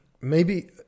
maybe-